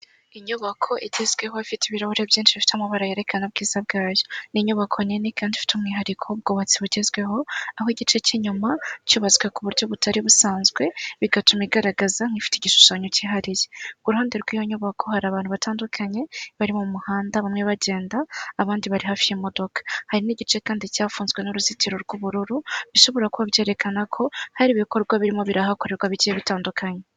Inyubako igezweho ifite ibirahuri byinshi bifite amabara yerekana ubwiza bwayo, ni inyubako nini kandi ifite umwihariko, ubwubatsi bugezweho, aho igice cy'inyuma cyubatswe ku buryo butari busanzwe, bigatuma igaragaza nk'ifite igishushanyo kihariye, ku ruhande rw'iyo nyubako hari abantu batandukanye bari mu muhanda bamwe bagenda abandi bari hafi y'imodoka, hari n'igice kandi cyafunzwe n'uruzitiro rw'ubururu, bishobora kuba byerekana ko hari ibikorwa birimo birahakorerwa bigiye bitandukanye.